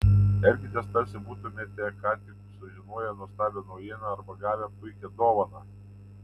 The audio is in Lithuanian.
elkitės tarsi būtumėte ką tik sužinoję nuostabią naujieną arba gavę puikią dovaną